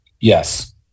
Yes